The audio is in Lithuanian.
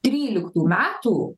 tryliktų metų